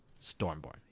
Stormborn